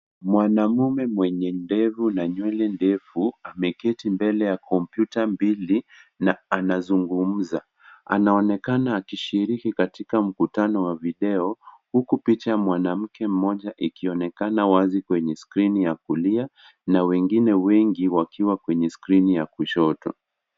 Mwanaume mwenye ndevu na nywele ndefu ameketi mbele ya kompyuta mbili na anazungumza anaonekana akishiriki katika mkutano wa video huku picha ya mwanamke mmoja ikionekana wazi kwenye skrini ya kulia na wengine wengi wakiwa kwenye skrini ya kushoto.